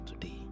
today